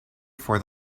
for